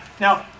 Now